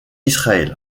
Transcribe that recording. israël